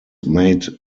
made